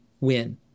win